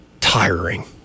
Tiring